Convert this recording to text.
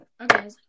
Okay